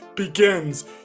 begins